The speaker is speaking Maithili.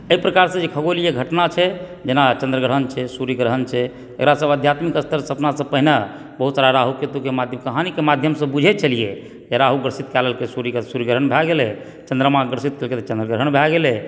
एहि प्रकारसंँ जे खगोलीय घटना छै जेना चंद्रग्रहण छै सूर्यग्रहण छै एकरा सबक आध्यात्मिक स्तर पर अपना सब पहिने बहुत सारा राहु केतुके माध्यमसँ कहानीके माध्यमसंँ बुझय छलिऐ जेना राहु ग्रसित कए लेलकै सूर्यके तऽ सूर्यग्रहण भए गेलै चंद्रमा ग्रसित केलकै तऽ चंद्रग्रहण भए गेलैए